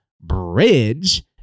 Bridge